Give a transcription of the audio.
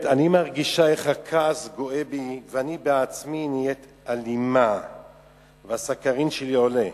אני מרגישה איך הכעס גואה בי ואני בעצמי נהיית אלימה והסכרין שלי עולה.